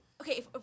okay